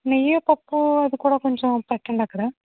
నెయ్యి కప్పు అది కూడా కొంచెం పెట్టండి అక్కడ